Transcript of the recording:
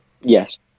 Yes